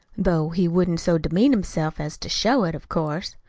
though he wouldn't so demean himself as to show it, of course.